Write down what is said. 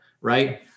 Right